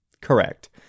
correct